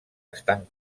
estant